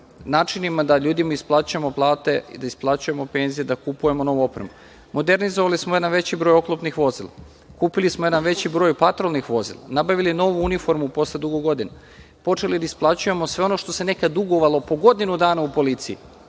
načinima da ljudima isplaćujemo plate i da isplaćujemo penzije da kupujemo novu opremu. Modernizovali smo jedan veći broj oklopnih vozila. Kupili smo jedan veći broj patrolnih vozila. Nabavili novu uniformu posle dugo godina, počeli da isplaćujemo sve ono što se nekada dugovalo po godinu dana u policiji.